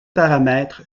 paramètres